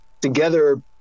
together